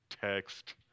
text